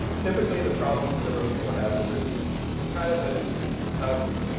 typically, the problem that most people have is that it's kind of a tough,